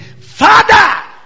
Father